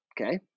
okay